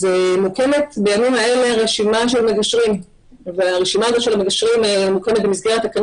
מוקמת בימים אלה רשימה של מגשרים במסגרת תקנות